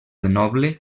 noble